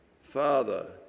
Father